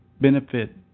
benefit